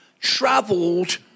traveled